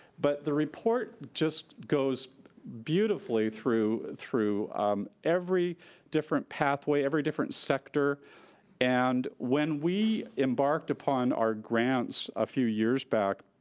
but the report just goes beautifully through through um every different pathway, every different sector and when we embarked upon our grants a few years back,